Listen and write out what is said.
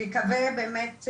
נקווה באמת,